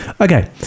Okay